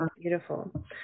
beautiful